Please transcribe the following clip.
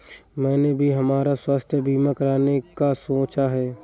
मैंने भी हमारा स्वास्थ्य बीमा कराने का सोचा है